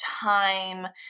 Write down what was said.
time